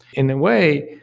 in a way,